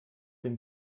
dem